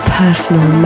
personal